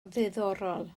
ddiddorol